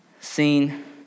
seen